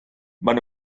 maen